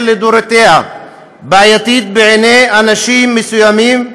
לדורותיה בעייתית בעיני אנשים מסוימים,